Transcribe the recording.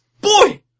Boy